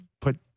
put